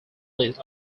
list